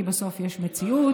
כי בסוף יש מציאות.